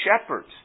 shepherds